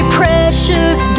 precious